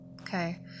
okay